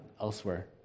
elsewhere